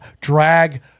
drag